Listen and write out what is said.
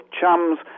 chums